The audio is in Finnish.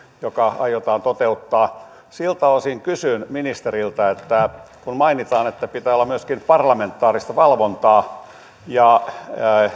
joka aiotaan toteuttaa siltä osin kysyn ministeriltä kun mainitaan että pitää olla myöskin parlamentaarista valvontaa ja